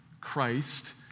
Christ